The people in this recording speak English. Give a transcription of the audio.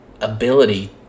ability